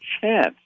chance